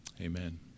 amen